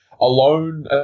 alone